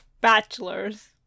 Bachelors